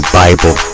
bible